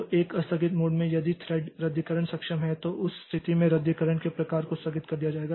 तो एक आस्थगित मोड में यदि थ्रेडरद्दीकरण सक्षम है तो उस स्थिति में रद्दीकरण के प्रकार को स्थगित कर दिया जाएगा